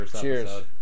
Cheers